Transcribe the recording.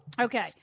Okay